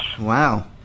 Wow